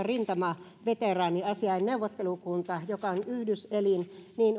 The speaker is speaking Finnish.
rintamaveteraaniasiain neuvottelukunta joka on yhdyselin